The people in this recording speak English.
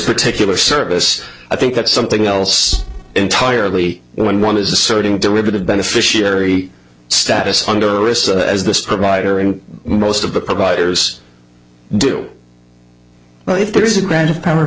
particular service i think that's something else entirely when one is asserting derivative beneficiary status under risk as the provider and most of the providers do well if there is a bad power of